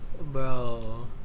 Bro